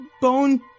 Bone